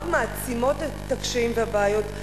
ושרק מעצימות את הקשיים ואת הבעיות,